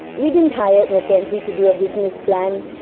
we didn't hire mckinsey to do a business plan.